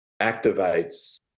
activates